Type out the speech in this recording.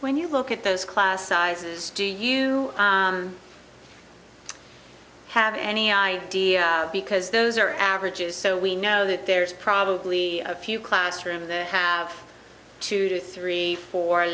when you look at those class sizes do you have any idea because those are averages so we know that there's probably a few classroom that have to do three or four